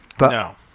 No